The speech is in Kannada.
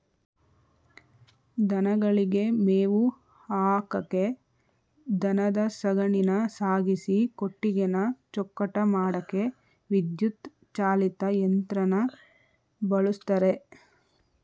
ದನಗಳಿಗೆ ಮೇವು ಹಾಕಕೆ ದನದ ಸಗಣಿನ ಸಾಗಿಸಿ ಕೊಟ್ಟಿಗೆನ ಚೊಕ್ಕಟ ಮಾಡಕೆ ವಿದ್ಯುತ್ ಚಾಲಿತ ಯಂತ್ರನ ಬಳುಸ್ತರೆ